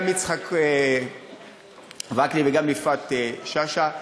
ומטפלים בזה גם יצחק וקנין וגם יפעת שאשא,